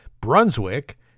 Brunswick